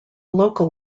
local